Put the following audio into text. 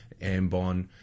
Ambon